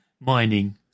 mining